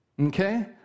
Okay